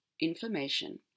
inflammation